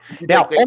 Now